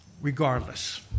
regardless